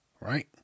right